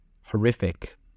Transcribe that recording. horrific